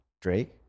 Drake